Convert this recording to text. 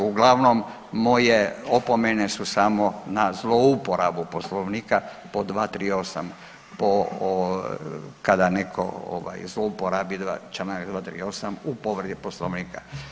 Uglavnom moje opomene su samo na zlouporabu Poslovnika po 238., po kada netko ovaj zlouporabi Članak 238. u povredi Poslovnika.